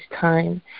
time